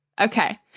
Okay